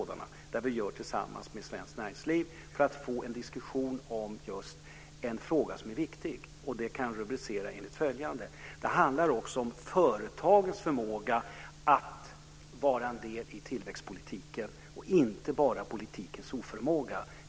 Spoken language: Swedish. Detta gör vi tillsammans med Svenskt Näringsliv för att få en diskussion om just en fråga som är viktig, och den kan jag rubricera enligt följande: Det handlar också om företagens förpliktelse att vara en del i tillväxtpolitiken, inte bara om politikens oförmåga.